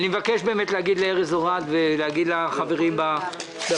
אני מבקש להגיד לארז אורעד ולחברים ברשות